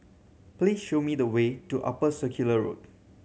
please show me the way to Upper Circular Road